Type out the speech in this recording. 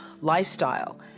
lifestyle